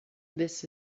this